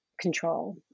control